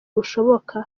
bushoboka